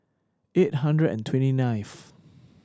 eight hundred and twenty ninth